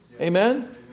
Amen